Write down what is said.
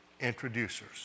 introducers